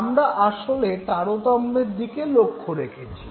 আমরা আসলে তারতম্যের দিকে লক্ষ্য রেখেছি